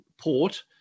port